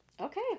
okay